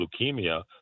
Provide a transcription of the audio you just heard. leukemia